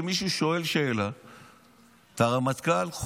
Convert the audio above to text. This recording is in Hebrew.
כשמישהו שואל את הרמטכ"ל שאלה,